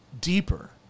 deeper